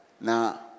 Now